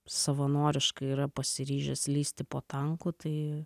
savanoriškai yra pasiryžęs lįsti po tanku tai